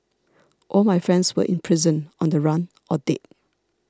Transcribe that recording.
all my friends were in prison on the run or dead